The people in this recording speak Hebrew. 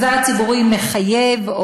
הציבורי מחייב,